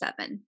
seven